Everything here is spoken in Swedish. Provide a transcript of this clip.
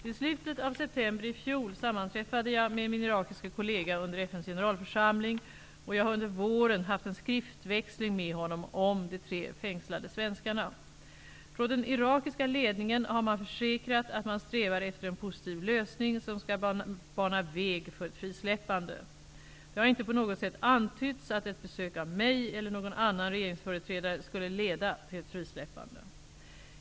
I slutet av september i fjol sammanträffade jag med min irakiske kollega under FN:s generalförsamling, och jag har under våren haft en skriftväxling med honom om de tre fängslade svenskarna. Från den irakiska ledningen har man försäkrat att man strävar efter en positiv lösning som skall bana väg för ett frisläppande. Det har inte på något sätt antytts att ett besök av mig, eller någon annan regeringsföreträdare, skulle leda till ett frisläppande.